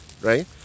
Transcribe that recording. right